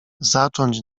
zacząć